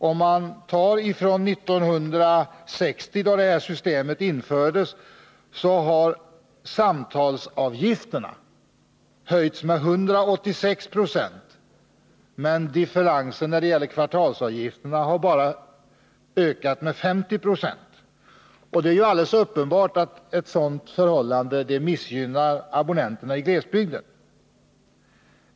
Sedan 1960, då detta system infördes, har samtalsavgifterna höjts med 186 96, men differensen när det gäller kvartalsavgifterna har bara ökat med 50 96. Det är alldeles uppenbart att detta förhållande missgynnar abonnenterna i glesbygden.